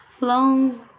long